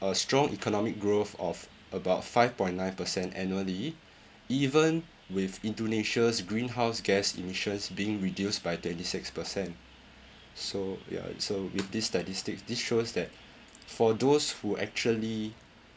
a strong economic growth of about five point nine percent annually even with indonesia's greenhouse gas emissions being reduced by twenty six percent so ya so with this statistics this shows that for those who actually